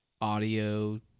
audio